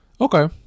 Okay